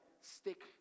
stick